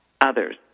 others